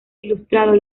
ilustrados